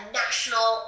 national